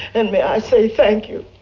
and may i say thank you,